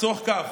לצורך כך